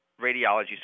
radiology